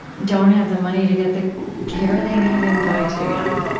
don't have the money to get the care they need and die too young.